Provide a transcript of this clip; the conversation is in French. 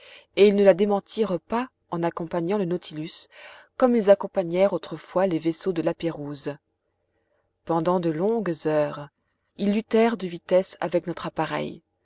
et ils ne la démentirent pas en accompagnant le nautilus comme ils accompagnèrent autrefois les vaisseaux de lapérouse pendant de longues heures ils luttèrent de vitesse avec notre appareil